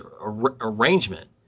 arrangement